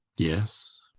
yes.